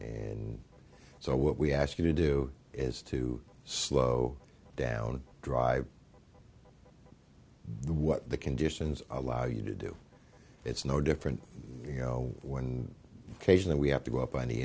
and so what we ask you to do is to slow down and drive what the conditions allow you to do it's no different you know when cases that we have to go up on the